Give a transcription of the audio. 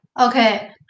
Okay